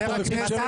ווליד טאהא (רע"מ,